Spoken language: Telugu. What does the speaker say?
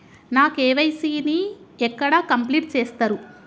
నా కే.వై.సీ ని ఎక్కడ కంప్లీట్ చేస్తరు?